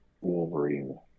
Wolverine